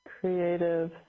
creative